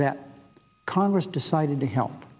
that congress decided to help